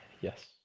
yes